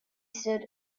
stood